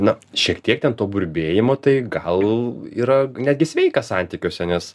na šiek tiek ten to burbėjimo tai gal yra netgi sveika santykiuose nes